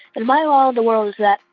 and my wow in the world is that